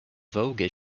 vogue